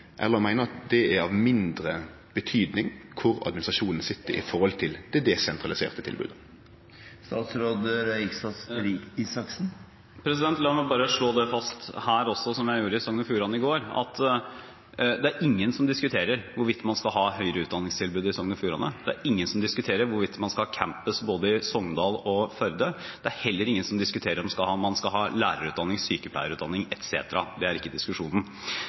eller om han meiner at det er av mindre betyding kvar administrasjonen sit når det gjeld det desentraliserte tilbodet. La meg bare slå det fast her også, som jeg gjorde i Sogn og Fjordane i går: Det er ingen som diskuterer hvorvidt man skal ha et høyere utdanningstilbud i Sogn og Fjordane. Det er ingen som diskuterer hvorvidt man skal ha campus i både Sogndal og Førde. Det er heller ingen som diskuterer om man skal lærerutdanning, sykepleierutdanning etc. Det er ikke diskusjonen.